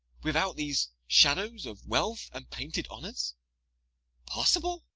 without these shadows of wealth and painted honours? possible?